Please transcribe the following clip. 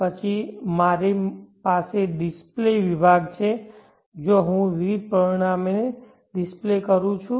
પછી મારી પાસે ડિસ્પ્લે વિભાગ છે જ્યાં હું વિવિધ પરિમાણો ડિસ્પ્લે કરું છું